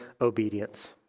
obedience